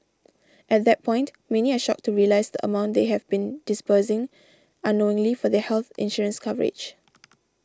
at that point many are shocked to realise the amount they have been disbursing unknowingly for their health insurance coverage